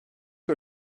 que